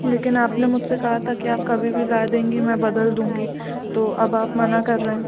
लेकिन आपने मुझसे कहा था कि आप कभी भी ला देंगी मैं बदल दूँगी तो अब आप मना कर रहे हैं